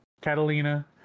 Catalina